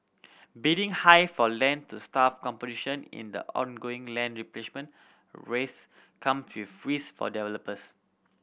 bidding high for land to competition in the ongoing land replenishment race come with risk for developers